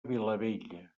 vilabella